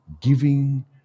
giving